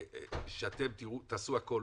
שאתם תעשו הכול,